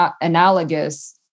analogous